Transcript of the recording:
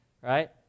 Right